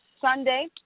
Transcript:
Sunday